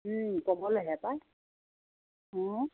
ক'বলে হে পাই অঁ